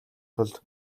тулд